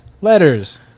Letters